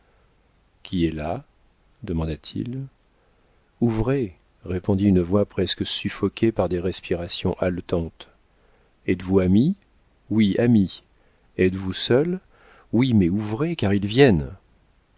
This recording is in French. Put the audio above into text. qui est là demanda-t-il ouvrez répondit une voix presque suffoquée par des respirations haletantes êtes-vous ami oui ami êtes-vous seul oui mais ouvrez car ils viennent